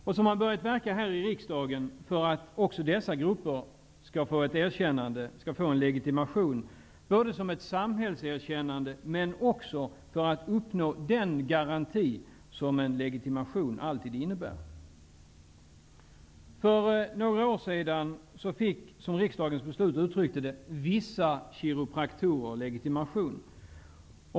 Sedan har man här i riksdagen börjat verka för att också dessa grupper skall få ett erkännande, en legitimation -- både som ett samhällserkännande och som ett sätt att uppnå den garanti som en legitimation alltid innebär. För några år sedan fick, som det uttrycks i riksdagens beslut, ''vissa kiropraktorer'' legitimation.